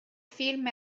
film